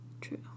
True